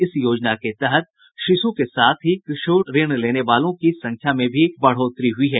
इस योजना के तहत शिशु के साथ ही किशोर ऋण लेने वालों की संख्या में भी बढ़ोतरी हुई है